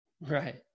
Right